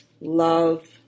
Love